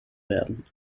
werden